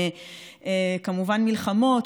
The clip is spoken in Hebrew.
כמובן של מלחמות,